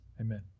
Amen